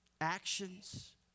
actions